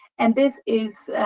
and this is,